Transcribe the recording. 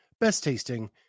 best-tasting